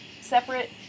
separate